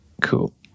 Cool